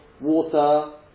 water